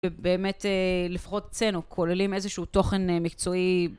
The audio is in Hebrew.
ובאמת לפחות אצלנו כוללים איזשהו תוכן מקצועי.